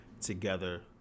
together